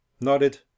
nodded